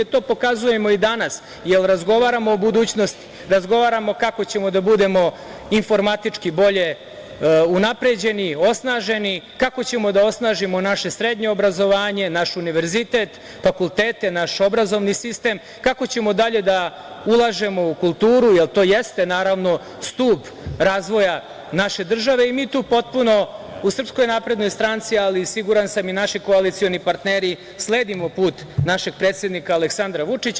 To pokazujemo i danas, jer razgovaramo o budućnosti, razgovaramo kako ćemo da budemo informatički bolje unapređeni, osnaženi, kako ćemo da osnažimo naše srednje obrazovanje, naš univerzitet, fakultete, naš obrazovni sistem, kako ćemo dalje da ulažemo u kulturu jer to jeste, naravno, stub razvoja naše države i mi tu potpuno u Srpskoj naprednoj stranci, ali siguran sam i naši koalicioni partneri sledimo put našeg predsednika Aleksandra Vučića.